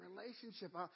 relationship